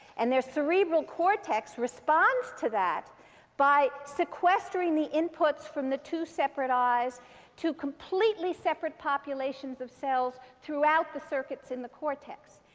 and their cerebral cortex responds to that by sequestering the inputs from the two separate eyes to completely separate populations of cells throughout the circuits in the cortex.